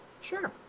Sure